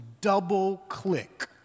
double-click